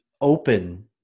open